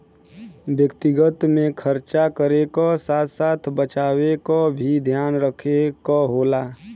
व्यक्तिगत में खरचा करे क साथ साथ बचावे क भी ध्यान रखे क होला